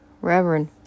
Reverend